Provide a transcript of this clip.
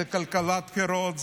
זו כלכלת בחירות.